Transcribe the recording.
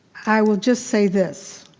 i will just say this.